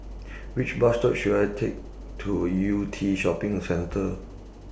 Which Bus to should I Take to Yew Tee Shopping Centre